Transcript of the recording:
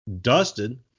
dusted